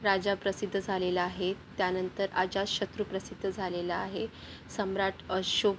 राजा प्रसिद्ध झालेला आहे त्यानंतर अजातशत्रू प्रसिद्ध झालेला आहे सम्राट अशोक